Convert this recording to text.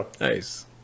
Nice